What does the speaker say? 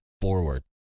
forward